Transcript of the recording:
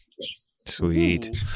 sweet